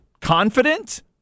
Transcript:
confident